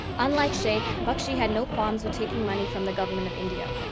unlike sheikh, bakshi had no qualms with taking money from the government of india.